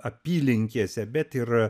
apylinkėse bet ir